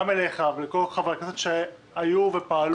גם אליך ולכל חברי הכנסת שהיו ופעלו.